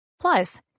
plus